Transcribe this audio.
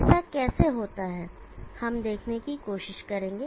ऐसा कैसे होता है हम देखने की कोशिश करेंगे